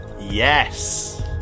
Yes